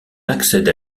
accède